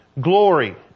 glory